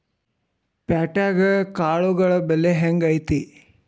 ಪ್ಯಾಟ್ಯಾಗ್ ಕಾಳುಗಳ ಬೆಲೆ ಹೆಂಗ್ ಐತಿ?